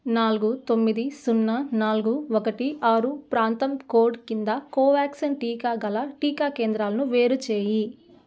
నాలుగు తొమ్మిది సున్నా నాలుగు ఒకటి ఆరు ప్రాంతం కోడ్ కింద కోవ్యాక్సిన్ టీకా గల టీకా కేంద్రాలను వేరుచేయి